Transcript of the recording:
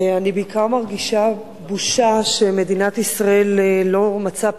אני בעיקר מרגישה בושה שמדינת ישראל לא מצאה